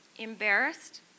Embarrassed